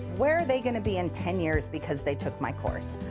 where are they gonna be in ten years because they took my course?